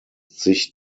sich